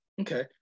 okay